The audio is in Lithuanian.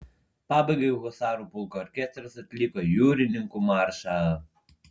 pabaigai husarų pulko orkestras atliko jūrininkų maršą